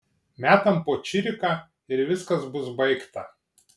metam po čiriką ir viskas bus baigta